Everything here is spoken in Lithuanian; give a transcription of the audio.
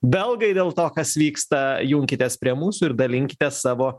belgai dėl to kas vyksta junkitės prie mūsų ir dalinkitės savo